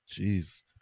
jeez